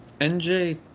NJ